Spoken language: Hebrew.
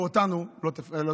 ואותנו לא תפחידו.